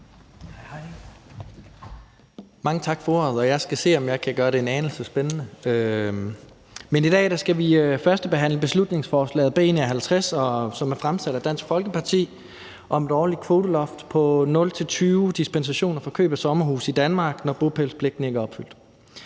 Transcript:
Mange tak for ordet. Jeg skal se, om jeg kan gøre det en anelse spændende. I dag skal vi førstebehandle beslutningsforslaget B 51, som er fremsat af Dansk Folkeparti, om et årligt kvoteloft på 0-20 dispensationer for køb af sommerhuse i Danmark, når bopælspligten ikke er opfyldt.